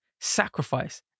sacrifice